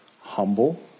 humble